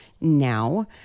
now